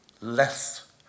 less